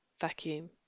vacuum